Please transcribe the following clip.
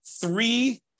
three